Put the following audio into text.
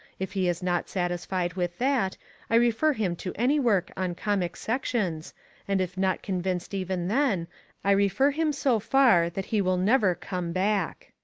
if he is not satisfied with that i refer him to any work on conic sections and if not convinced even then i refer him so far that he will never come back.